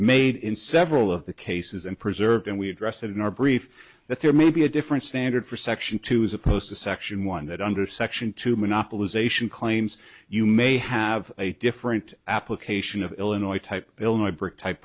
made in several of the cases and preserved and we address it in our brief that there may be a different standard for section two as opposed to section one that under section two monopolization claims you may have a different application of illinois type bill my brick type